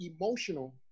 emotional